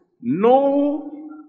no